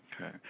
Okay